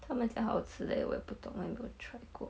他们讲好吃 leh 我也不懂她有没有 try 过